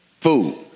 food